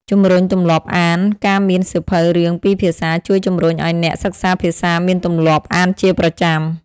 ជំរុញទម្លាប់អានការមានសៀវភៅរឿងពីរភាសាជួយជំរុញឲ្យអ្នកសិក្សាភាសាមានទម្លាប់អានជាប្រចាំ។